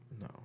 No